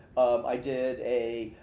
i did a,